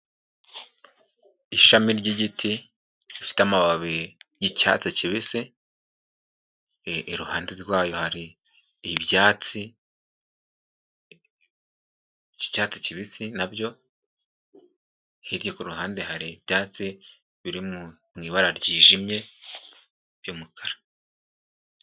Ishami ry'igiti rifite amababi y'icyatsi kibisi, iruhande rwayo hari ibyatsi cyi'icyatsi kibisi nabyo, hirya ku ruhande hari ibyatsi biri mu ibara ryijimye by'umukara.